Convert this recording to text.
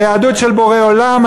היהדות של בורא עולם,